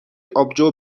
آبجو